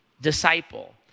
disciple